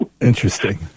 Interesting